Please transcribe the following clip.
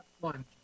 one